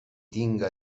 tinga